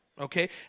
Okay